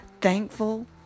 Thankful